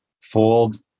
fold